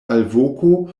alvoko